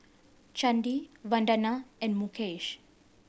Chandi Vandana and Mukesh